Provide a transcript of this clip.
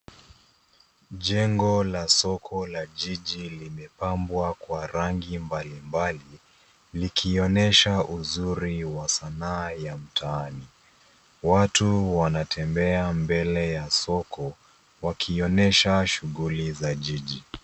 Jengo la soko la jiji limepambwa kwa rangi mbalimbali, likionyesha uzuri wa sanaa ya mtaani. Watu wanatembea mbele ya soko, wakionyesha shughuli za jiji.